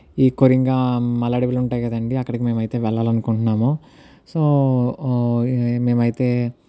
ఈ కొరింగా మల అడవులు ఉంటాయి కదండి అక్కడకి మేము అయితే వెళ్ళాలని అనుకుంటున్నాము సో మేము అయితే